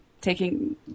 taking